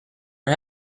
are